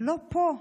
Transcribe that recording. לא פה,